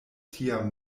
tiam